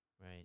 Right